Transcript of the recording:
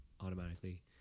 automatically